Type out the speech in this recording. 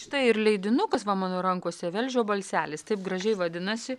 štai ir leidinukas va mano rankose velžio balselis taip gražiai vadinasi